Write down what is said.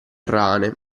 rane